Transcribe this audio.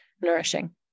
nourishing